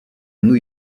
new